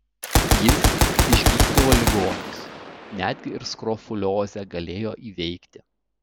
jis išgydydavo ligonius netgi ir skrofuliozę galėjo įveikti